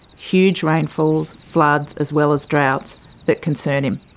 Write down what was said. huge rainfalls, floods as well as droughts that concern him.